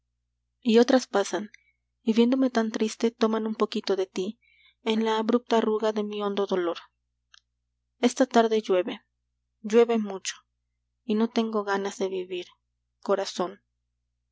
otras pasan y viéndome tan triste toman un poquito de tí en la abrupta arruga de mi hondo dolor esta tarde llueve llueve mucho y no tengo ganas de vivir corazón